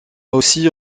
aussi